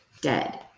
dead